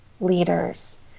leaders